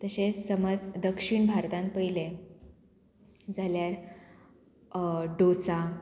तशेंच समज दक्षीण भारतांत पयलें जाल्यार डोसा